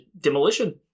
Demolition